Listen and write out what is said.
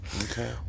Okay